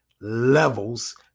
levels